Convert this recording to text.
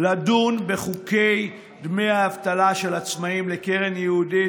לדון בחוקי דמי האבטלה של עצמאים לקרן ייעודית,